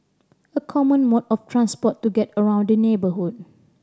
a common mode of transport to get around the neighbourhood